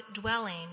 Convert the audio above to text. dwelling